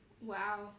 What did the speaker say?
Wow